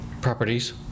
Properties